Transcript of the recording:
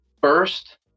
first